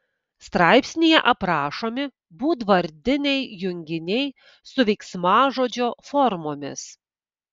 straipsnyje aprašomi būdvardiniai junginiai su veiksmažodžio formomis